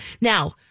Now